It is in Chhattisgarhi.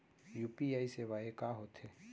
यू.पी.आई सेवाएं का होथे?